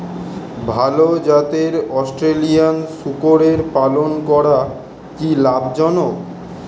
ভাল জাতের অস্ট্রেলিয়ান শূকরের পালন করা কী লাভ জনক?